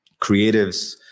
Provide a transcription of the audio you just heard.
creatives